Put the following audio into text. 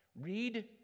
Read